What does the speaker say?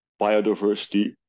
biodiversity